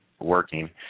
working